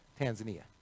Tanzania